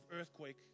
earthquake